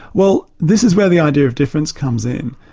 well this is where the idea of differences comes in.